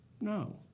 No